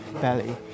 belly